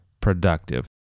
productive